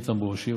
איתן ברושי,